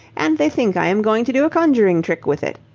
and they think i am going to do a conjuring trick with it.